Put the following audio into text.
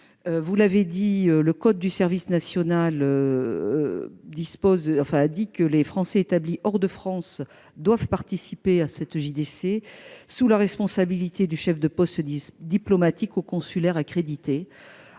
important. Le code du service national dispose que les Français établis hors de France doivent participer à la JDC, sous la responsabilité du chef de poste diplomatique et consulaire accrédité,